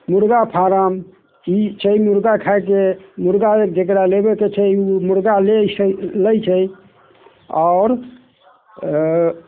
मुर्गा फार्म ई छै मुर्गा खाइके मुर्गा जकरा लेबैके छै ओ मुर्गा लै से लै छै आओर अऽ